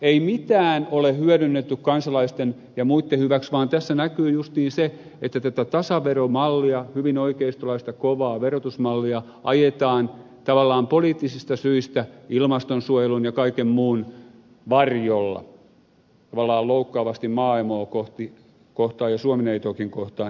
ei mitään ole hyödynnetty kansalaisten ja muitten hyväksi vaan tässä näkyy justiin se että tätä tasaveromallia hyvin oikeistolaista kovaa verotusmallia ajetaan tavallaan poliittisista syistä ilmastonsuojelun ja kaiken muun varjolla tavallaan loukkaavasti maaemoa kohtaan ja suomineitoakin kohtaan